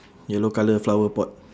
yellow colour flower pot